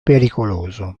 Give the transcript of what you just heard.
pericoloso